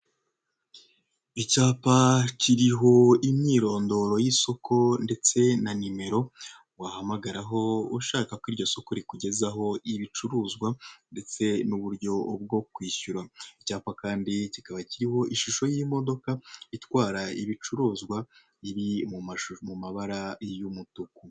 Icyapa kiriho imyirondoro y'isoko ndetse na nimero, wahamagaraho ushaka ko iryo soko rikugezaho ibicuruzwa ndetse n'uburyo bwo kwishyura. Icyapa kandi kikaba kiriho ishusho y'imodoka, itwara ibicuruzwa biri mu mabara y'umutuku.